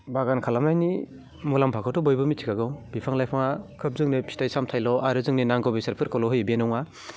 बागान खालामनायनि मुलाम्फाखौथ' बयबो मिथिखागौ बिफां लाइफाङा खोब जोंनिया फिथाइ सामथायल' आरो जोंनि नांगौ बेसादफोरखौल' होयो बे नङा